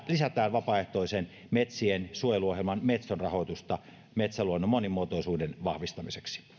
lisätään vapaaehtoisen metsien suojeluohjelman metson rahoitusta metsäluonnon monimuotoisuuden vahvistamiseksi